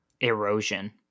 Erosion